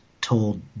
told